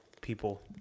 people